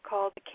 Called